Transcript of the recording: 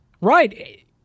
Right